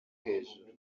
hejuru